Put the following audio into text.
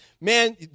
man